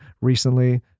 recently